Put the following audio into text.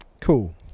Cool